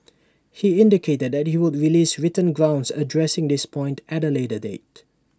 he indicated that he would release written grounds addressing this point at A later date